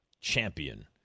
champion